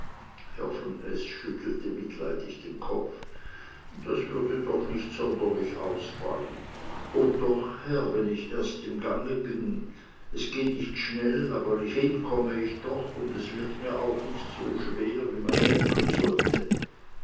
von s schüttelte mitleidig den kopf das würde doch nicht sonderlich ausfallen o doch herr wenn ich erst im gange bin es geht nicht schnell aber hin komme ich doch und es wird mir auch nicht so sauer wie man denken sollte